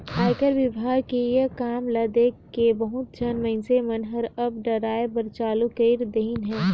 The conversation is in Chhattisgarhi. आयकर विभाग के ये काम ल देखके बहुत झन मइनसे मन हर अब डराय बर चालू कइर देहिन हे